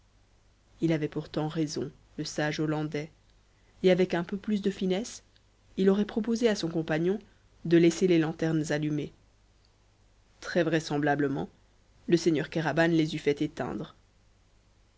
il avait pourtant raison le sage hollandais et avec un peu plus de finesse il aurait proposé è son compagnon de laisser les lanternes allumées très vraisemblablement le seigneur kéraban les eût fait éteindre